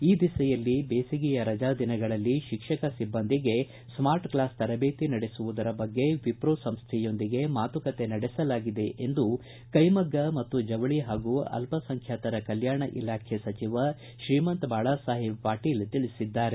ಈ ದಿಸೆಯಲ್ಲಿ ಬೇಸಿಗೆಯ ರಜಾ ದಿನಗಳಲ್ಲಿ ಶಿಕ್ಷಕ ಸಿಬ್ಬಂದಿಗೆ ಸ್ನಾರ್ಟ್ ಕ್ಲಾಸ್ ತರಬೇತಿ ನಡೆಸುವುದರ ಬಗ್ಗೆ ವಿಪ್ರೋ ಸಂಸ್ವೆಯೊಂದಿಗೆ ಮಾತುಕತೆ ನಡೆಸಲಾಗಿದೆ ಎಂದು ಕೈಮಗ್ಗ ಮತ್ತು ಜವಳಿ ಹಾಗೂ ಅಲ್ಪಸಂಖ್ಯಾತರ ಕಲ್ಯಾಣ ಇಲಾಖೆ ಸಚಿವ ಶ್ರೀಮಂತ ಬಾಳಾಸಾಹೇಬ ಪಾಟೀಲ ತಿಳಿಸಿದ್ದಾರೆ